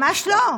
ממש לא.